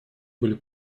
были